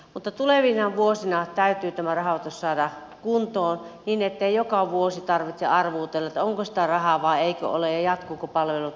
mutta tulevina vuosina täytyy tämä rahoitus saada kuntoon niin ettei joka vuosi tarvitse arvuutella onko sitä rahaa vai eikö ole ja jatkuvatko palvelut vai eivätkö jatku